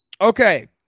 okay